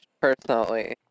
personally